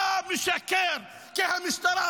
אתה משקר, כי המשטרה,